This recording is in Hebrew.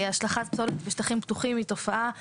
השלכת פסולת בשטחים פתוחים היא תופעה קשה,